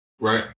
right